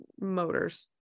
motors